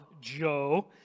Joe